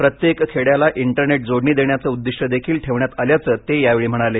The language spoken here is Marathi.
प्रत्येक खेड्याला इंटरनेट जोडणी देण्याचं उद्दिष्टदेखील ठेवण्यात आल्याचं ते यावेळी म्हणाले